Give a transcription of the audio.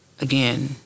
again